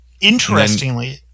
Interestingly